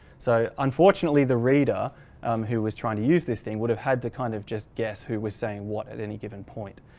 so unfortunately the reader um who was trying to use this thing would have had to kind of just guess who was saying what at any given point.